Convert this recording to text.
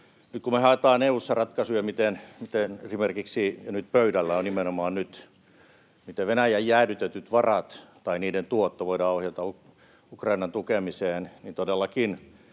nimenomaan haetaan EU:ssa ratkaisuja ja pöydällä on esimerkiksi se, miten Venäjän jäädytetyt varat tai niiden tuotto voidaan ohjata Ukrainan tukemiseen, niin todellakin